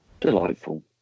delightful